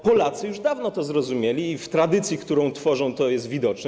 Polacy już dawno to zrozumieli i w tradycji, którą tworzą, to jest widoczne.